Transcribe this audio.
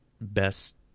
best